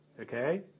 okay